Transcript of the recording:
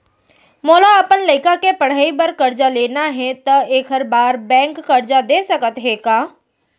मोला अपन लइका के पढ़ई बर करजा लेना हे, त एखर बार बैंक करजा दे सकत हे का?